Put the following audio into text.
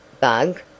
Bug